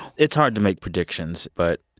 it's hard to make predictions, but.